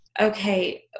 okay